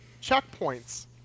checkpoints